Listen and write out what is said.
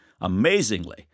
Amazingly